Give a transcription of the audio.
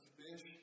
fish